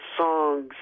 songs